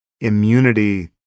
immunity